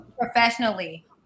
professionally